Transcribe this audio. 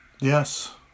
Yes